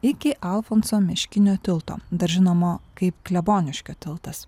iki alfonso meškinio tilto dar žinomo kaip kleboniškio tiltas